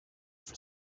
for